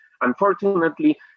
Unfortunately